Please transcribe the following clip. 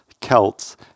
Celts